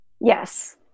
Yes